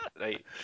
right